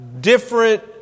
different